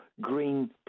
green